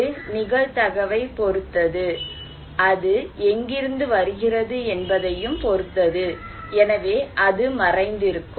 இது நிகழ்தகவைப் பொறுத்தது அது எங்கிருந்து வருகிறது என்பதையும் பொறுத்தது எனவே அது மறைந்திருக்கும்